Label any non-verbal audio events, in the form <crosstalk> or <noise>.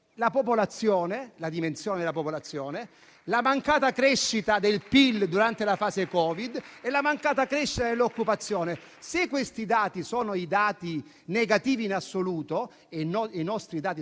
<applause> la dimensione della popolazione, la mancata crescita del PIL durante la fase Covid e la mancata crescita dell'occupazione. Essendo questi dati tra i più negativi in assoluto - i nostri dati